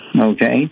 okay